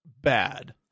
bad